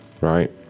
right